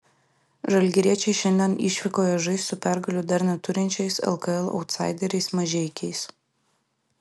žalgiriečiai šiandien išvykoje žais su pergalių dar neturinčiais lkl autsaideriais mažeikiais